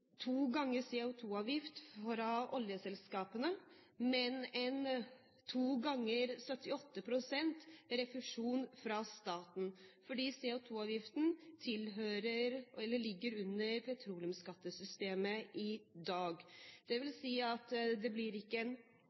to ganger CO2-avgift fra oljeselskapene, men to ganger 78 pst. refusjon fra staten, fordi CO2-avgiften ligger under petroleumsskattesystemet i dag. Det vil si at det ikke blir en